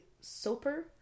Soper